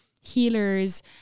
healers